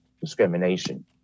discrimination